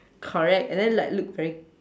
correct and then like look very